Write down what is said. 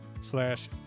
slash